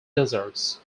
desserts